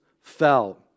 fell